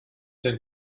den